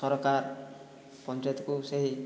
ସରକାର ପଞ୍ଚାୟତକୁ ସେହି